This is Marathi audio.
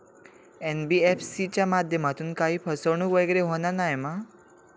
एन.बी.एफ.सी च्या माध्यमातून काही फसवणूक वगैरे होना नाय मा?